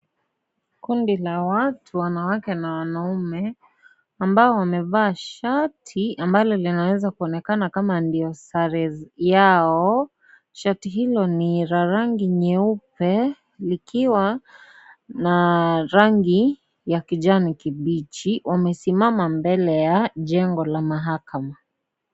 Kundi la watu wanawake na wanaume, ambao wamevaa shati ambalo linaweza kuonekana kama ndiyo sare yao. Shati hilo, ni la rangi nyeupe likiwa na rangi ya kijani kibichi. Wamesimama mbele ya jengo la mahakama.